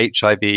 HIV